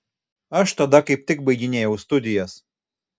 aš tada kaip tik baiginėjau studijas